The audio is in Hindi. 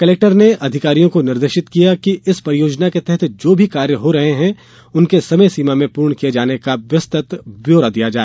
कलेक्टर ने अधिकारियों को निर्देश दिए कि इस परियोजना के तहत जो भी कार्य हो रहे हैं उनके समय सीमा में पूर्ण किए जाने का विस्तृत ब्यौरा दिया जाए